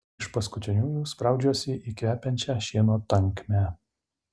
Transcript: iš paskutiniųjų spraudžiuosi į kvepiančią šieno tankmę